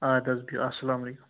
آدٕ حظ بِہِو السلام علیکُم